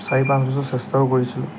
চাৰি পাঁচ বছৰ চেষ্টাও কৰিছিলোঁ